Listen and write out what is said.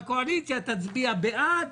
הקואליציה תצביע בעד,